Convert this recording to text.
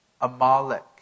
Amalek